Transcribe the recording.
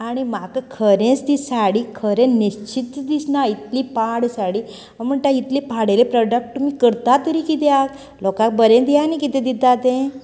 आनी म्हाका खरेंच ती साडी खरें न्हेसशीत शीं दिसना इतली पाड साडी हांव म्हण्टा इतली पाडले प्रॉडॉक्ट तुमी करता तरी कित्याक लोकांक बरें दियात न्ही कितें दितात तें